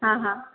હા હા